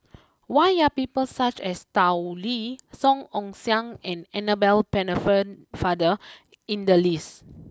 why are people such as Tao Li Song Ong Siang and Annabel Pennefa father in the list